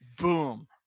Boom